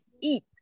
eat